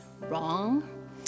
wrong